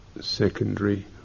secondary